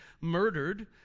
murdered